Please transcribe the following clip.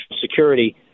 security